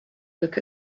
look